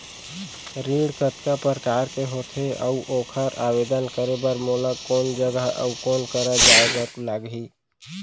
ऋण कतका प्रकार के होथे अऊ ओखर आवेदन करे बर मोला कोन जगह अऊ कोन करा जाए बर लागही?